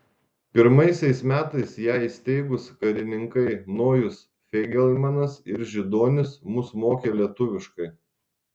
pirmaisiais metais ją įsteigus karininkai nojus feigelmanas ir židonis mus mokė lietuviškai